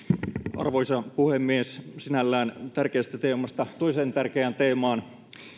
arvoisa puhemies sinällään tärkeästä teemasta toiseen tärkeään teemaan